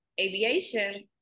aviation